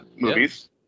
movies